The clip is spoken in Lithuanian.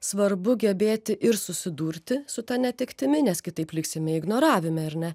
svarbu gebėti ir susidurti su ta netektimi nes kitaip liksime ignoravime ar ne